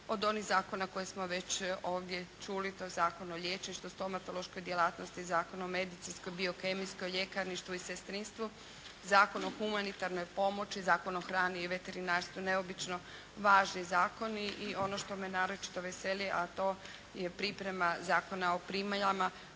od onih zakona koje smo već ovdje čuli, to je Zakon o liječništvu, stomatološkoj djelatnosti, Zakon o medicinskoj, biokemijskoj ljekarni, što i u sestrinstvu, Zakon o humanitarnoj pomoći, Zakon o hrani i veterinarstvu. Neobično važni zakoni. I ono što me naročito veseli, a to je priprema Zakona o primaljama